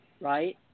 right